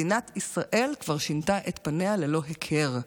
מדינת ישראל כבר שינתה את פניה ללא הכר.